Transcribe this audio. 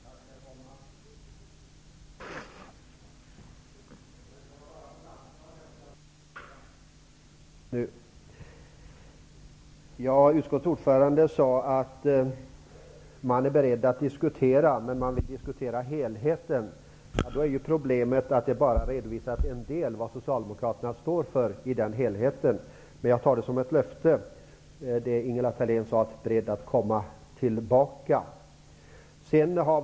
Herr talman! Utskottets ordförande sade att man är beredd att diskutera men man vill diskutera helheten. Problemet är att hon bara redovisade en del av vad Socialdemokraterna står för när det gäller helheten. Men det Ingela Thalén sade om att man är beredd att återkomma tar jag som ett löfte.